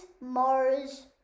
Mars